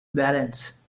balance